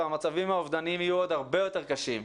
והמצבים האובדניים יהיו עוד הרבה יותר קשים,